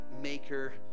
maker